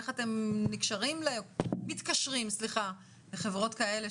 איך אתם מתקשרים לחברות כאלה?